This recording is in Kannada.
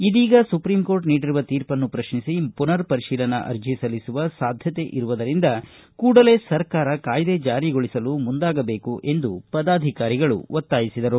ಇದೀಗ ಸುಪ್ರಿಂ ಕೋರ್ಟ ನೀಡಿರುವ ತೀರ್ಪನ್ನು ಪ್ರಶ್ನಿಸಿ ಪುನರ್ ಪರಿಶೀಲನಾ ಅರ್ಜಿ ಸಲ್ಲಿಸುವ ಸಾಧ್ಯತೆ ಇರುವುದರಿಂದ ಕೂಡಲೇ ಸರ್ಕಾರ ಕಾಯ್ದೆ ಜಾರಿಗೊಳಿಸಲು ಮುಂದಾಗಬೇಕು ಎಂದು ಒತ್ತಾಯಿಸಿದರು